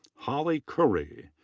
holly curry.